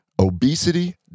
obesity